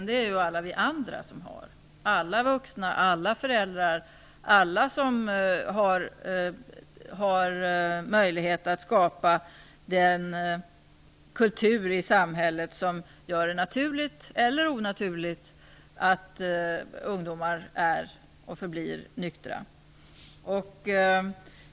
Det har alla vi andra - alla vuxna och alla föräldrar; alla som har möjlighet att skapa den kultur i samhället som gör det naturligt, eller onaturligt, att ungdomar är och förblir nyktra.